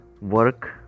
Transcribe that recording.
work